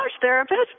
therapist